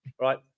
right